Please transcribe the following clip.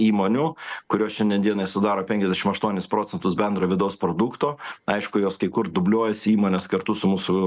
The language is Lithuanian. įmonių kurios šiandien dienai sudaro penkiasdešim aštuonis procentus bendro vidaus produkto aišku jos kai kur dubliuojasi įmonės kartu su mūsų